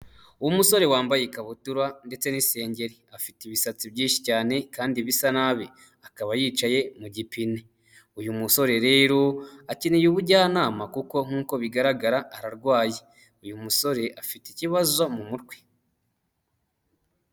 Umusore wambaye ikabutura ndetse n'isengeri afite ibisatsi byinshi cyane kandi bisa nabi, akaba yicaye mu gipine, uyu musore rero akeneye ubujyanama kuko nkuko bigaragara ararwaye, uyu musore afite ikibazo mu mutwe.